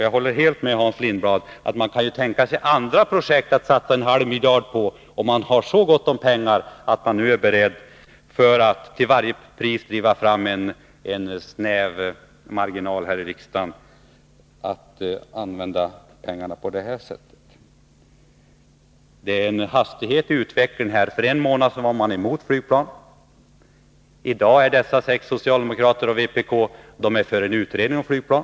Jag håller helt med Hans Lindblad att man kan tänka sig andra projekt att satsa en halv miljard på, om man har så gott om pengar att man nu är beredd att till varje pris med en snäv marginal i riksdagen driva fram ett beslut om att använda pengarna på detta sätt. Det är en hastig utveckling. För en månad sedan var man emot flygplan. I dag är dessa sex socialdemokrater och vpk för en utredning om ett flygplan.